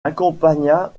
accompagna